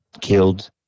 killed